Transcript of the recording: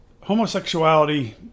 homosexuality